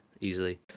easily